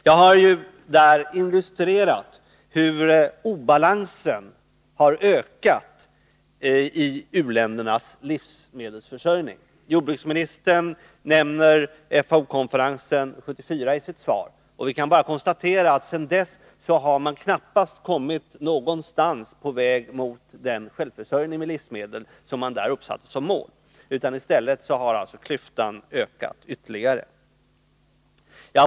Jag illustrerade där hur obalansen i u-ländernas livsmedelsförsörjning har ökat. Jordbruksministern nämner FAO-konferensen 1974 i sitt svar, och vi kan bara konstatera att man sedan dess knappast har kommit någonstans på den väg mot den självförsörjning med livsmedel som man uppsatte som mål, utan klyftan har i stället ökat ytterligare.